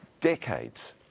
decades